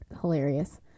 hilarious